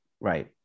Right